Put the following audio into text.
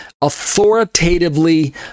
authoritatively